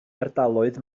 ardaloedd